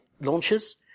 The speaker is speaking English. launches